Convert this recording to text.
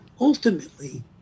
ultimately